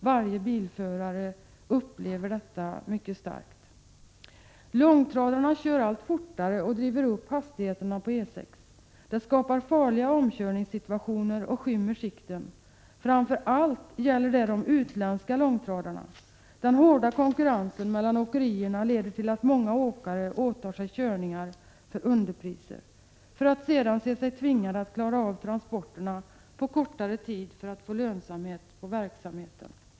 Varje bilförare upplever detta mycket starkt. Långtradarna kör allt fortare och driver upp hastigheterna på E 6-an. Det skapar farliga omkörningssituationer och skymmer sikten. Framför allt gäller detta de utländska långtradarna. Den hårda konkurrensen mellan åkerierna leder till att många åkare åtar sig körningar för underpriser för att sedan se sig tvingade att klara av transporterna på kortare tid för att få lönsamhet på verksamheten.